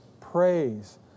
praise